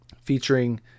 featuring